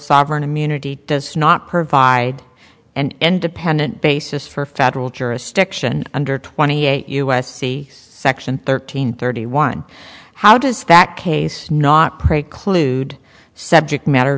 sovereign immunity does not provide and dependent basis for federal jurisdiction under twenty eight u s c section thirteen thirty one how does that case not preclude subject matter